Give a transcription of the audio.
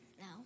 No